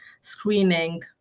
screening